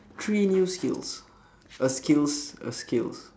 three new skills a skills a skills